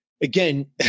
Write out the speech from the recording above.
again